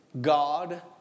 God